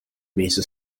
meeste